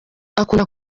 akunda